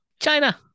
china